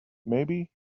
maybe